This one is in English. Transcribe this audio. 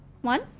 One